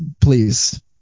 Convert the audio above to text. please